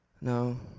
no